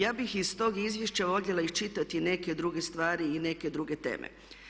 Ja bi ih tog izvješća voljela iščitati neke druge stvari i neke druge teme.